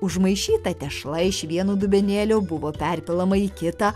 užmaišyta tešla iš vieno dubenėlio buvo perpilama į kitą